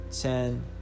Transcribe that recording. ten